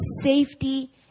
safety